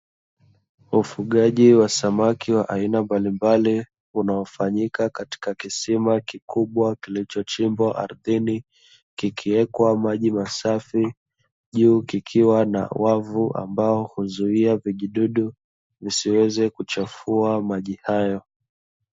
Ufugaji wa samaki wa ina mbalimbali, unaofanyika katika kisima kikubwa kilichochimbwa ardhini, kikiekwa maji masafi, juu kikiwa na wavu ambao, huzuia vijidudu, visiweze kuchafua maji hayo.